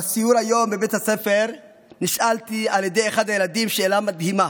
בסיור היום בבית הספר נשאלתי על ידי אחד הילדים שאלה מדהימה,